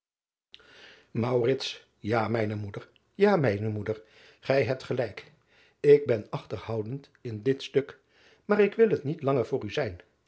a mijne moeder ja mijne moeder gij hebt gelijk ik ben achterhoudend in dit stuk maar ik wil het niet langer voor u zijn